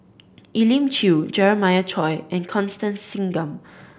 Elim Chew Jeremiah Choy and Constance Singam